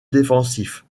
défensif